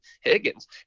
Higgins